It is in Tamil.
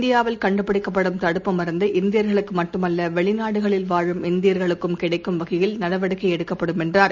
இந்தியாவில் கண்டுபிடிக்கப்படும் தடுப்பு மருந்து இந்தியர்களுக்குமட்டுமல்லவெளிநாடுகளில் இந்தியர்குளுக்கும் வாழும் கிடைக்கும் வகையில் நடவடிக்கைஎடுக்கப்படும் என்றார்